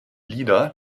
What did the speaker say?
lieder